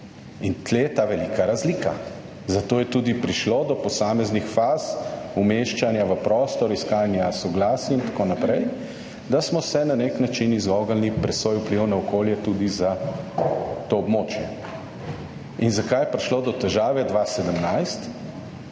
in tu je ta velika razlika. Zato je tudi prišlo do posameznih faz umeščanja v prostor, iskanja soglasij in tako naprej, da smo se na nek način izognili presoji vplivov na okolje tudi za to območje. Zakaj je prišlo do težave 2017?